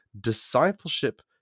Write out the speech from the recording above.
Discipleship